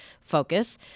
focus